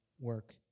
work